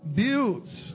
builds